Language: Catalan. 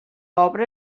obra